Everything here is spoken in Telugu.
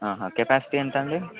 కెపాసిటీ ఎంత అండి